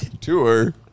tour